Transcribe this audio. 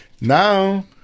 Now